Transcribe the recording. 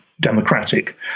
democratic